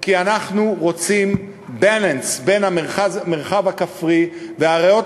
כי אנחנו רוצים balance בין המרחב הכפרי והריאות